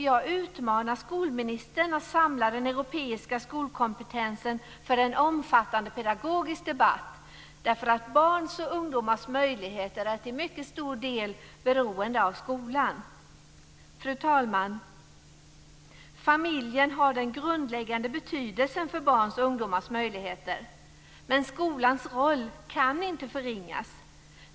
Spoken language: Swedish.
Jag utmanar skolministern att samla den europeiska skolkompetensen för en omfattande pedagogisk debatt. Barns och ungdomars möjligheter är nämligen till mycket stor del beroende av skolan. Fru talman! Familjen har den grundläggande betydelsen för barns och ungdomars möjligheter, men skolans roll kan inte förringas.